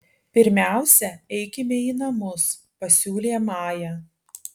pirmiausia eikime į namus pasiūlė maja